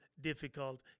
difficult